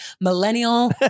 millennial